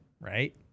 right